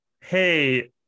Hey